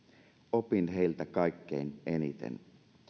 opin heiltä kaikkein eniten